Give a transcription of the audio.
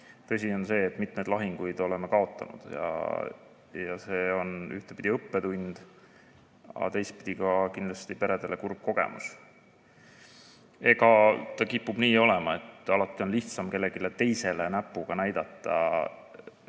tõsi on see, et mitmed lahingud oleme kaotanud. See on ühtpidi õppetund, aga teistpidi kindlasti peredele kurb kogemus. Kipub nii olema, et alati on lihtsam kellelegi teisele näpuga näidata,